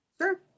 Sure